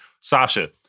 Sasha